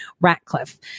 Ratcliffe